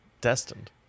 Destined